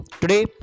today